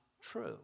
true